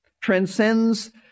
transcends